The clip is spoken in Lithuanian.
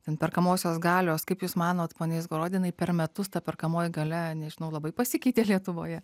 ten perkamosios galios kaip jūs manot pone izgorodinai per metus ta perkamoji galia nežinau labai pasikeitė lietuvoje